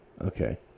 Okay